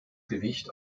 gewicht